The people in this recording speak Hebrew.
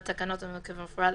הם יכולים גם למכור אותו.